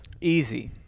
Easy